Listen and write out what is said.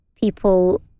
people